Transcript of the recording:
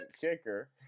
Kicker